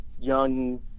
young